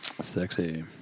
Sexy